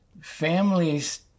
families